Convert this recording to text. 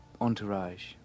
Entourage